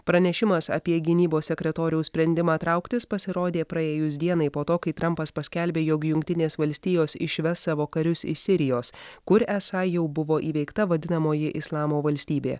pranešimas apie gynybos sekretoriaus sprendimą trauktis pasirodė praėjus dienai po to kai trampas paskelbė jog jungtinės valstijos išves savo karius iš sirijos kur esą jau buvo įveikta vadinamoji islamo valstybė